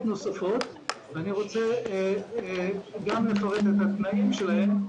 נוספות ואני גם רוצה לפרט את התנאים שלהם.